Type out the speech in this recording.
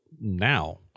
now